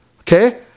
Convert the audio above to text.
Okay